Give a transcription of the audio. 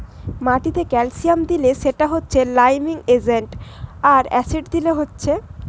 মাটিতে ক্যালসিয়াম দিলে সেটা হচ্ছে লাইমিং এজেন্ট আর অ্যাসিড দিলে হচ্ছে